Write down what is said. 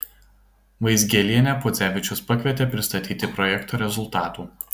vaizgielienę podzevičius pakvietė pristatyti projekto rezultatų